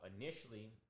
initially